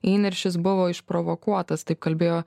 įniršis buvo išprovokuotas taip kalbėjo